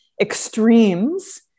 extremes